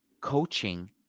coaching